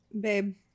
babe